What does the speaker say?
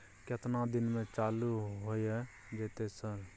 केतना दिन में चालू होय जेतै सर?